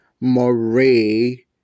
Marie